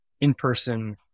in-person